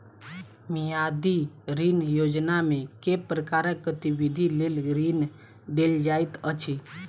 मियादी ऋण योजनामे केँ प्रकारक गतिविधि लेल ऋण देल जाइत अछि